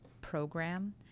program